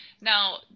Now